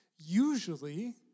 Usually